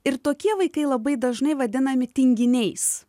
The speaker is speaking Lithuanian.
ir tokie vaikai labai dažnai vadinami tinginiais